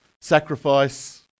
sacrifice